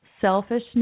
Selfishness